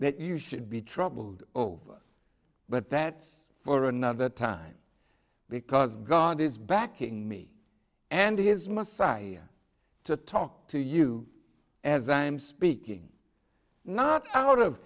that you should be troubled over but that's for another time because god is backing me and his must side to talk to you as i'm speaking not out of